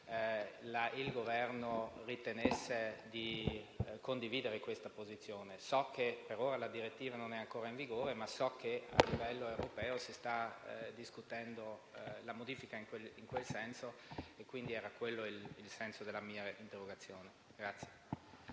il Governo ritenga di condividere questa posizione. So che per ora la direttiva non è ancora in vigore, ma so anche che a livello europeo si sta discutendo la modifica in quel senso. Era quello il senso della mia interrogazione.